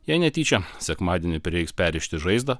jei netyčia sekmadienį prireiks perrišti žaizdą